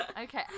Okay